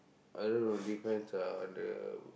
I don't know the difference lah on the